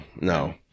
no